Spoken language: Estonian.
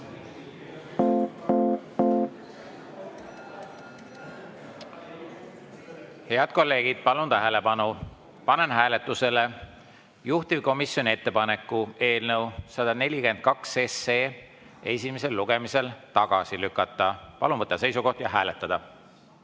Head kolleegid, palun tähelepanu! Panen hääletusele juhtivkomisjoni ettepaneku eelnõu 142 esimesel lugemisel tagasi lükata. Palun võtta seisukoht ja hääletada!